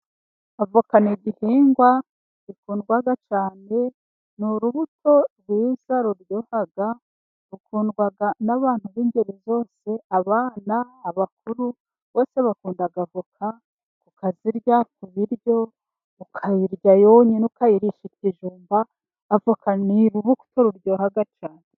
Avoka ni igihingwa gikundwa cyane, ni urubuto rwiza ruryoha, rukundwa n'abantu b'ingeri zose, abana, abakuru bose bakunda avoka, tukazirya ku biryo, ukayirya yonyine, ukayirisha ikijumba, avoka ni urubuto ruryoha cyane.